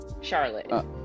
Charlotte